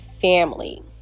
family